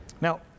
Now